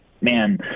man